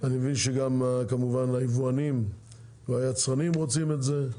אני מבין שכמובן גם היבואנים והיצרנים רוצים את זה.